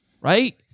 right